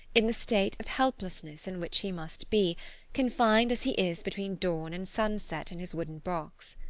in the state of helplessness in which he must be confined as he is between dawn and sunset in his wooden box.